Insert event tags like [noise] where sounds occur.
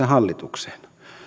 [unintelligible] hallitukseen